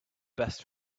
best